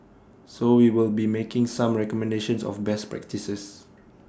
so we will be making some recommendations of best practices